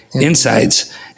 insights